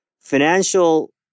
financial